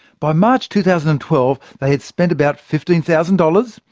by march two thousand and twelve, they had spent about fifteen thousand dollars,